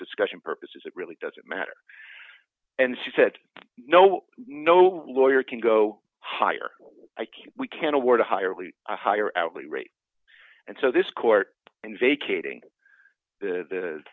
discussion purposes it really doesn't matter and she said no no lawyer can go higher we can award a higher we a higher hourly rate and so this court in vacating the